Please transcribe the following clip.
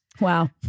Wow